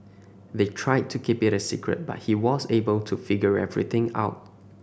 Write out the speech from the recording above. they tried to keep it a secret but he was able to figure everything out